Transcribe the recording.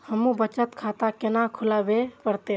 हमू बचत खाता केना खुलाबे परतें?